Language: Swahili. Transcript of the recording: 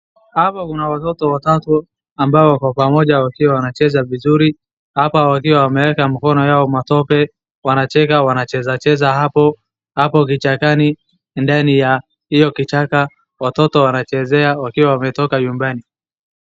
Hapa kuna watoto watatu ambao wako pamoja wakiwa wanacheza vizuri, hapa wakiwa wameeka mikono yao matope wanacheka wanacheza cheza hapo, hapo kichakani ndani ya kichaka watoto wanachezea wakiwa wametoka nyumbani.